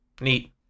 Neat